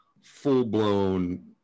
full-blown